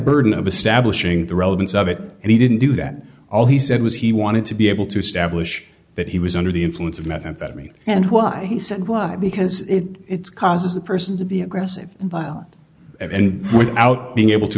burden of establishing the relevance of it and he didn't do that all he said was he wanted to be able to establish that he was under the influence of methamphetamine and why he said why because it causes a person to be aggressive and violent and without being able to